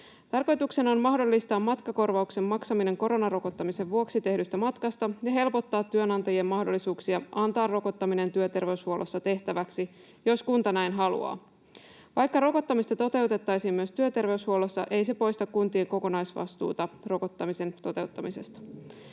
Tarkoituksena on mahdollistaa matkakorvauksen maksaminen koronarokottamisen vuoksi tehdystä matkasta ja helpottaa työnantajien mahdollisuuksia antaa rokottaminen työterveyshuollossa tehtäväksi, jos kunta näin haluaa. Vaikka rokottamista toteutettaisiin myös työterveyshuollossa, ei se poista kuntien kokonaisvastuuta rokottamisen toteuttamisesta.